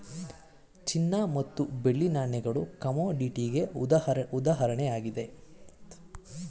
ಚಿನ್ನ ಮತ್ತು ಬೆಳ್ಳಿ ನಾಣ್ಯಗಳು ಕಮೋಡಿಟಿಗೆ ಉದಾಹರಣೆಯಾಗಿದೆ